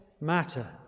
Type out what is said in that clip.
matter